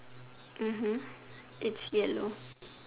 er hm it's yellow